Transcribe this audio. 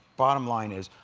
bottom line is,